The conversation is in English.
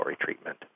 treatment